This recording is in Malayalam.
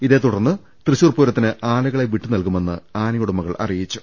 ഇതേതുടർന്ന് തൃശൂർ പൂരത്തിന് ആനകളെ വിട്ടുനൽകുമെന്ന് ഉടമകൾ അറിയിച്ചു